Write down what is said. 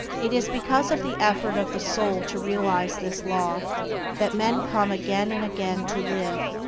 it is because of the effort of the soul to realize this law that men come again and again to live,